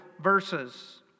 verses